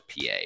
PA